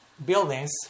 Buildings